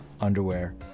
underwear